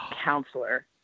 counselor